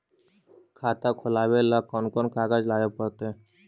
खाता खोलाबे ल कोन कोन कागज लाबे पड़तै?